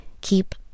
keep